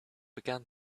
began